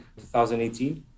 2018